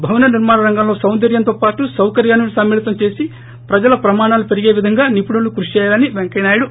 భవన నిర్మాణరంగంలో సౌందర్యంతోపాటు సౌకర్యాన్ని సమ్మి ళితం చేసి ప్రజల ప్రమాణాలు పెరిగే విధంగా నిపుణులు కృషిచేయాలని పెంకయ్య నాయుడు